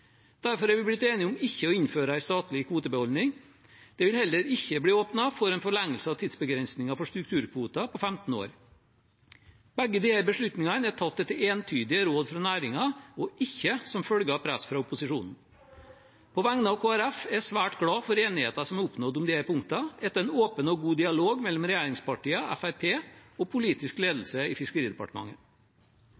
Derfor har vi blitt enige om ikke å innføre en statlig kvotebeholdning. Det vil heller ikke bli åpnet for en forlengelse av tidsbegrensningen for strukturkvoter på 15 år. Begge disse beslutningene er tatt etter entydige råd fra næringen og ikke som følge av press fra opposisjonen. På vegne av Kristelig Folkeparti er jeg svært glad for enigheten som er oppnådd om disse punktene etter en åpen og god dialog mellom regjeringspartiene, Fremskrittspartiet og politisk